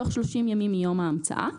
בתוך 30 ימים מיום ההמצאה,